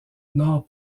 nord